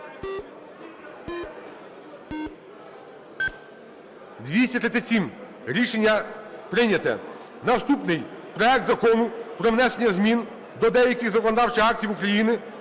За-237 Рішення прийнято. Наступний проект Закону про внесення змін до деяких законодавчих актів України